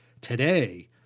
Today